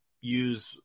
use